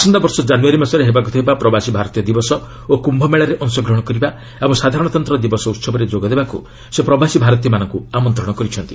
ଆସନ୍ତାବର୍ଷ କାନୁୟାରୀମାସରେ ହେବାକୁ ଥିବା ପ୍ରବାସୀ ଭାରତୀୟ ଦିବସ ଓ କ୍ରମ୍ଭମେଳାରେ ଅଂଶଗ୍ହଣ କରିବା ଏବଂ ସାଧାରଣତନ୍ତ୍ର ଦିବସ ଉସବରେ ଯୋଗ ଦେବାକୁ ସେ ପ୍ରବାସୀ ଭାରତୀୟମାନଙ୍କୁ ଆମନ୍ତ୍ରଣ କରିଛନ୍ତି